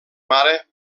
mare